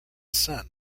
son